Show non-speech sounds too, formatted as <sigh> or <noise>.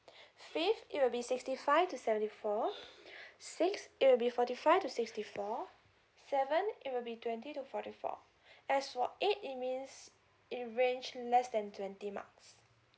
fifth it will be sixty five to seventy four <breath> sixth it will be forty five to sixty four seven it will be twenty to forty four as for eight it means it range less than twenty marks